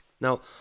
now